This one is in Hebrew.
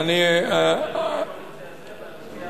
יושב-ראש